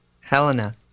Helena